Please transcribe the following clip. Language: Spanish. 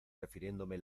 refiriéndome